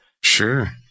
sure